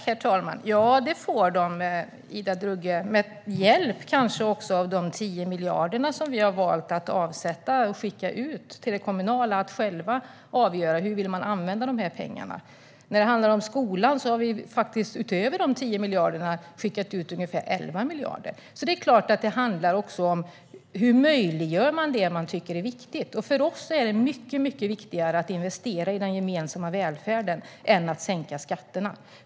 Herr talman! Ja, det får de, Ida Drougge, och kanske också med hjälp av de 10 miljarder som vi har valt att avsätta och skicka ut till det kommunala för att själva avgöra hur de vill använda pengarna. När det handlar om skolan har vi utöver dessa 10 miljarder skickat ut ungefär 11 miljarder. Det är klart att det handlar om hur man möjliggör det man tycker är viktigt. För oss är det mycket viktigare att investera i den gemensamma välfärden än att sänka skatterna.